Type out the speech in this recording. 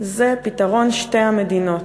פתרון שתי המדינות,